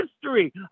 history